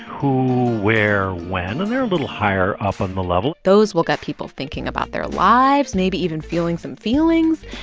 who, where, when. and they're a little higher up on the level those will get people thinking about their lives, maybe even feeling some feelings.